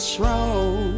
Strong